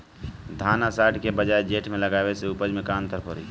धान आषाढ़ के बजाय जेठ में लगावले से उपज में का अन्तर पड़ी?